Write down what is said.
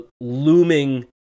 looming